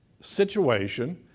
situation